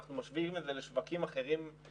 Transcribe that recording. אנחנו משווים את זה לשווקים אחרים במשק,